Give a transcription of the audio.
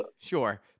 Sure